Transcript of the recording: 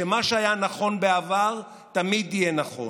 שמה שהיה נכון בעבר תמיד יהיה נכון.